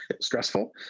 stressful